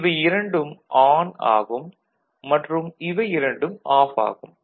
இவை இரண்டும் ஆன் ஆகும் மற்றும் இவை இரண்டும் ஆஃப் ஆகும்